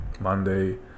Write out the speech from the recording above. Monday